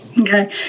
Okay